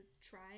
try